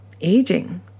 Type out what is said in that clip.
aging